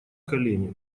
колени